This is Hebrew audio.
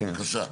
בבקשה.